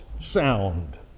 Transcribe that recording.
sound